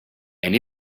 and